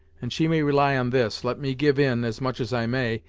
and she may rely on this let me give in, as much as i may,